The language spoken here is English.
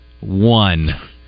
one